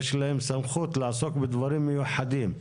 יש להם סמכות לעסוק בדברים מיוחדים,